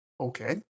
Okay